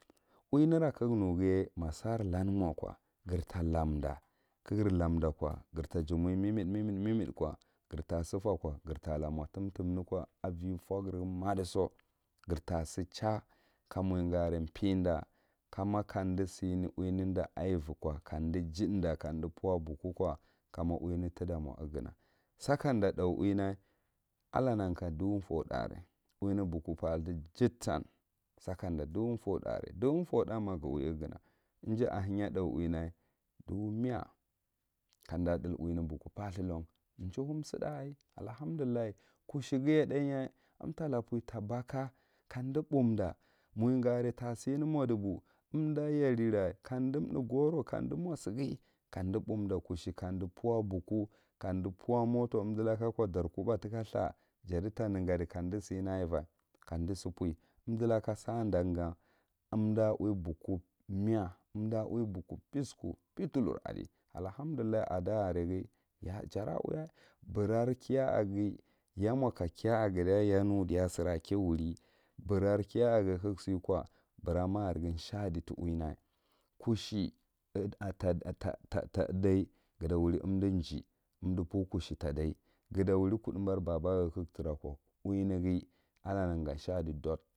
Uwinera kaknughiye ma sory lan mo ko gir ta lamdan giir ta jumi mimit mit ko gir ta si far ko, gir tala mo tum tumne ko, avi furgirghu ma diso gir ta si chaih ka muyga are peida ka ma kach sine uwine ɗa ayevi ko kamdi jidda kamdi pure bokukwa kama uwyene da tita mo ughana, sakada tha uwine allah nnaka dubo fou thu are uwyen boku fatha jiɗtan, saka ɗa ɗubo four tha are ɗubo four tha ma ga uwi ugana, ija ahenya boku thuw uwine umda that ɗubow miga kamah thul uwine bokuw pathran lon, chuwsida ai allahamdullah, kushe giye thiaye kam to puye ta bakka kadi kbomda mowiga are ta sime modubuw, umda yariri kandi bounda kushe kamdu pure bokku kamdu pure motor unidu laka ko jar si tika thu ah ja titan hadi kandi sine aiva kanch si pure undulaka sada ga unda uwiye bokkwo miya, unda uwiye pisku pitulur adi allahamdullah ada a areghi ya jara uyah burara kiyaghi yam o ka kiya giran yanu chiya sira kiwuri bura kiya a ga siko bura makirghi sha di ti uwina kushe tata ga ta udai ga ta wuri umdi gey undi pure kushe ta itaye gata wuri kud umbora baba aghi ka gatra ko allah nanga shaicti atud.